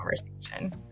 conversation